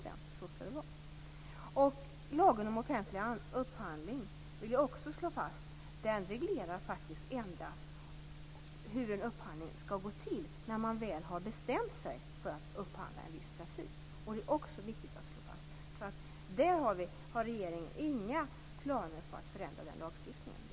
Jag vill också slå fast att lagen om offentlig upphandling endast reglerar hur en upphandling skall gå till när man väl har bestämt sig för att upphandla en viss trafik. Det är också viktigt att slå fast. Regeringen har inga planer på att förändra den lagstiftningen.